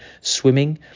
swimming